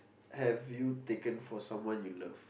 have you taken for someone you love